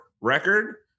record